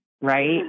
Right